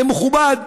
זה מכובד?